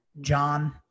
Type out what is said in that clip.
John